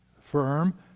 firm